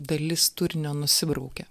dalis turinio nusibraukia